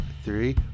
three